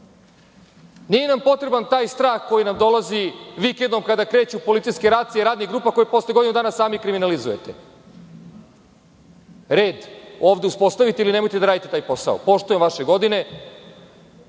Nije nam potreban taj strah koji nam dolazi vikendom kada kreću policijske racije radnih grupa koje posle godinu dana sami kriminalizujete. Red ovde uspostavite ili nemojte da radite taj posao. Poštujem vaše godine.